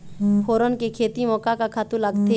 फोरन के खेती म का का खातू लागथे?